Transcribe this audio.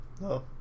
no